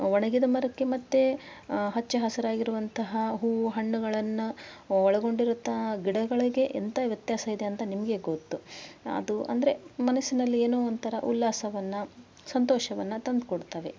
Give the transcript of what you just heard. ಒಣಗಿದ ಮರಕ್ಕೆ ಮತ್ತೆ ಹಚ್ಚ ಹಸಿರಾಗಿರುವಂತಹ ಹೂವು ಹಣ್ಣುಗಳನ್ನು ಒಳಗೊಂಡಿರುವಂಥ ಗಿಡಗಳಿಗೆ ಎಂಥ ವ್ಯತ್ಯಾಸ ಇದೆ ಅಂತ ನಿಮಗೆ ಗೊತ್ತು ಅದು ಅಂದರೆ ಮನಸ್ಸಿನಲ್ಲಿ ಏನೋ ಒಂಥರ ಉಲ್ಲಾಸವನ್ನು ಸಂತೋಷವನ್ನು ತಂದ್ಕೊಡ್ತವೆ